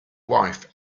wife